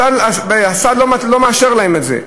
הסל לא מאשר להם את זה.